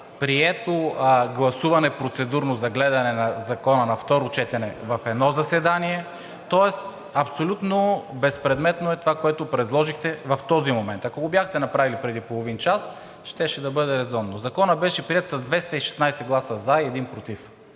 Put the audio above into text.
процедурно гласуване за гледане на Закона на второ четене в едно заседание, тоест абсолютно безпредметно е това, което предложихте в този момент, ако го бяхте направили преди половин час, щеше да бъде резонно. Законът беше приет с 216 гласа за и 1 против